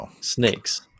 snakes